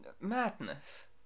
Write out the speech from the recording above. madness